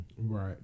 Right